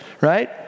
right